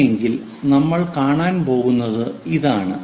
അങ്ങനെയാണെങ്കിൽ നമ്മൾ കാണാൻ പോകുന്നത് ഇതാണ്